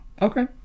Okay